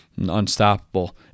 unstoppable